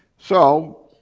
so,